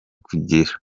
gukira